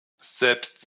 selbst